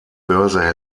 börse